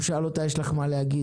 הוא שאל אותה: יש לך מה להגיד?